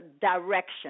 direction